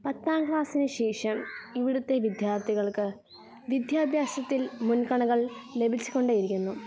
പത്താം ക്ലാസ്സിനു ശേഷം ഇവിടുത്തെ വിദ്യാർത്ഥികൾക്കു വിദ്യാഭ്യാസത്തിൽ മുൻഗണനകൾ ലഭിച്ചുകൊണ്ടേ ഇരിക്കുന്നു